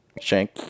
Shank